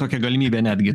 tokia galimybė netgi